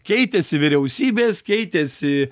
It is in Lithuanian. keitėsi vyriausybės keitėsi